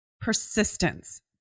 persistence